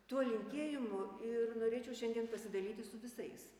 tuo linkėjimu ir norėčiau šiandien pasidalyti su visais